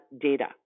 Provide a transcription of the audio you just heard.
data